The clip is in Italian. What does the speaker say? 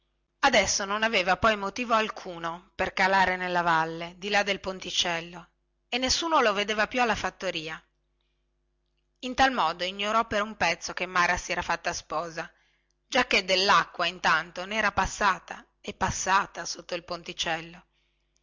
adesso non aveva poi motivo alcuno per calar nella valle di là del ponticello e nessuno lo vedeva più alla fattoria in tal modo ignorò per un pezzo che mara si era fatta sposa giacchè dellacqua intanto ne era passata e passata sotto il ponticello